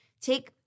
Take